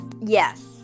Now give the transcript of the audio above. yes